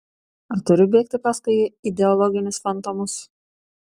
ar turiu bėgti paskui ideologinius fantomus